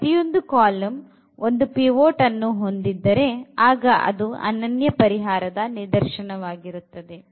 ಆದ್ದರಿಂದ ಪ್ರತಿಯೊಂದು ಕಾಲಂ ಒಂದು ಪಿವೊಟ್ ಅನ್ನು ಹೊಂದಿದ್ದರೆ ಆಗ ಅದು ಅನನ್ಯ ಅನನ್ಯಪರಿಹಾರದ ನಿದರ್ಶನ ವಾಗಿರುತ್ತದೆ